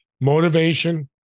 motivation